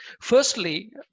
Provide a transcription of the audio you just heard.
Firstly